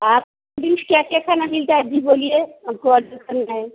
आप में क्या क्या खाना मिलता है जी बोलिए हमको ऑडर करना है